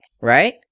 right